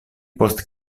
post